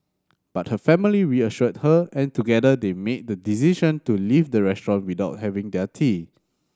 but her family reassured her and together they made the decision to leave the restaurant without having their tea